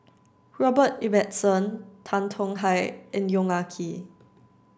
Robert Ibbetson Tan Tong Hye and Yong Ah Kee